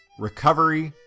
recovery,